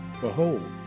Behold